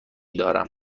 دارم